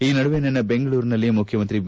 ಈ ನಡುವೆ ನಿನ್ನೆ ಬೆಂಗಳೂರಿನಲ್ಲಿ ಮುಖ್ಯಮಂತ್ರಿ ಬಿ